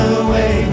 away